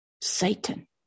Satan